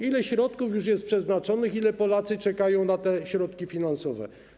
Ile środków już jest przeznaczonych, ile Polacy czekają na te środki finansowe?